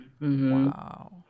Wow